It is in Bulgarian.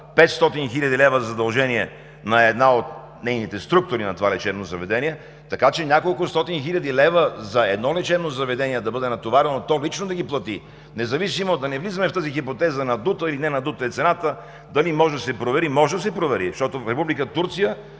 500 хил. лв. задължение на една от структурите на това лечебно заведение. Така че неколкостотин хиляди лева за едно лечебно заведение да бъде натоварено то лично да ги плати… Да не влизаме в тази хипотеза – надута или ненадута е цената, дали може да се провери. Може да се провери, защото в Република Турция